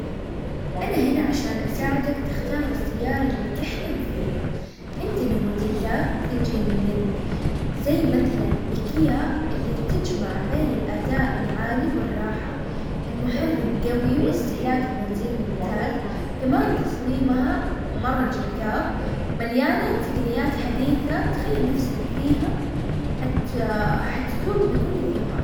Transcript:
انا هنا عشان اساعدك تختار السيارة اللي تحلم فيها عندنا موديلات تجنن، زي مثلا بكيا اللي تجمع بين الاداء العالي والراحة، المحرك قوي، واستهلاك البنزين ممتاز. كمان تصميمها مرة جذاب، ومليانة تقنيات حديثة، تخيل نفسك فيها حت-حتسوق بكل ثقة.